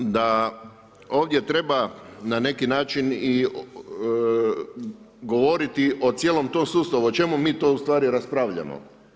Naravno, da ovdje treba na neki način i govoriti o cijelom tom sustavu, o čemu mi to ustvari raspravljamo?